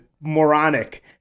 moronic